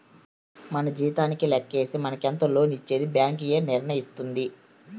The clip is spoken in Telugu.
మన జీతానికే లెక్కేసి మనకెంత లోన్ ఇచ్చేది బ్యాంక్ ఏ నిర్ణయిస్తుంది